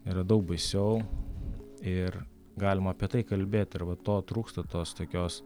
yra daug baisiau ir galima apie tai kalbėt ir va to trūksta tos tokios